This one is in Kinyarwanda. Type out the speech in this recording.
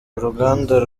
uruganda